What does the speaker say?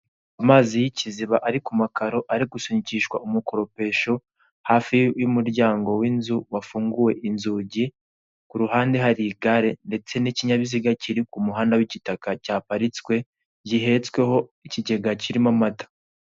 Amazi y'ikiziba ari ku makaro ari gusunikishwa umukoropesho, hafi y'umuryango w'inzu wafunguye inzugi, kuruhande hari igare ndetse n'ikinyabiziga kiri ku muhanda w'igitaka cyaparitswe, gihehetsweho ikigega kirimo amata.